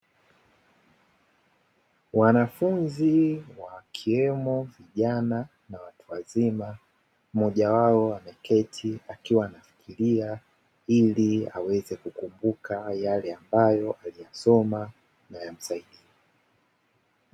Wanafunzi wakiwemo vijana na watu wazima, mmoja wao ameketi akiwa anafikiria ili aweze kukumbuka yale ambayo ameyasoma na yamsaidie.